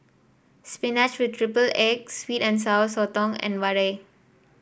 spinach with triple egg sweet and Sour Sotong and vadai